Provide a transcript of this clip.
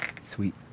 Sweet